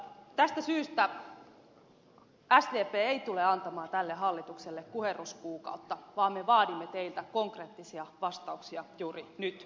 tästä syystä sdp ei tule antamaan tälle hallitukselle kuherruskuukautta vaan me vaadimme teiltä konkreettisia vastauksia juuri nyt